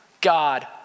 God